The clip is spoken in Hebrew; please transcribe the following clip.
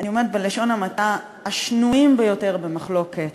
אני אומרת בלשון המעטה, השנויים ביותר במחלוקת